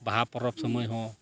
ᱵᱟᱦᱟ ᱯᱚᱨᱚᱵᱽ ᱥᱳᱢᱚᱭ ᱦᱚᱸ